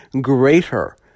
greater